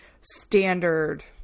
standard